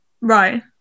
right